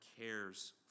cares